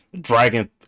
Dragon